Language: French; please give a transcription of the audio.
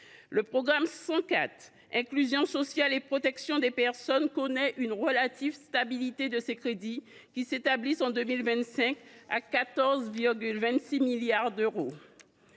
Le programme 304 « Inclusion sociale et protection des personnes » connaît une relative stabilité de ses crédits qui s’élèvent, en 2025, à 14,26 milliards d’euros.